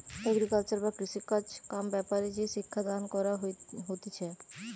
agriculture বা কৃষিকাজ কাম ব্যাপারে যে শিক্ষা দান কইরা হতিছে